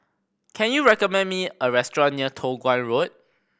can you recommend me a restaurant near Toh Guan Road